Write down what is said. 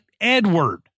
Edward